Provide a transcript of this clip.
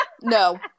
No